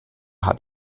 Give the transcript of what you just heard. hat